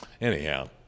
Anyhow